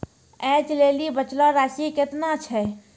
ऐज लेली बचलो राशि केतना छै?